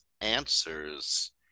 answers